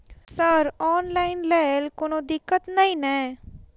Sir online लैल कोनो दिक्कत न ई नै?